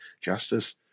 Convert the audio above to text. justice